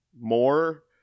more